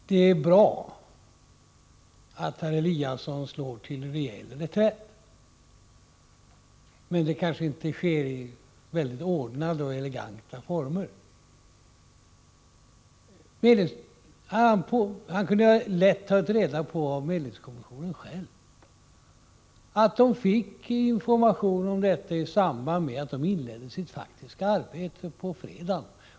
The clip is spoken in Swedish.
Fru talman! Det är bra att herr Eliasson rejält slår till reträtt — men det kanske inte sker i så väldigt ordnade och eleganta former. Herr Eliasson kunde ju lätt att ha tagit reda på av medlingskommissionens ledamöter själva, att de fick information om detta i samband med att de inledde sitt faktiska arbete på fredagen.